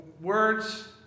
words